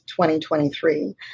2023